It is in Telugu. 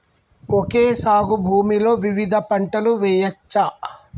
ఓకే సాగు భూమిలో వివిధ పంటలు వెయ్యచ్చా?